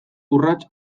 urrats